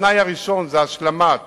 התנאי הראשון הוא השלמת